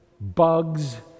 bugs